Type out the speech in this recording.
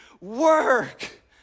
work